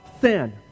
sin